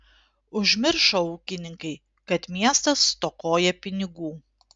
užmiršo ūkininkai kad miestas stokoja pinigų